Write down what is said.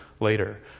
later